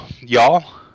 y'all